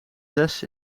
zes